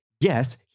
yes